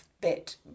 bit